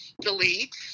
delete